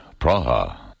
Praha